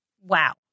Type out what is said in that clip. wow